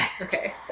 Okay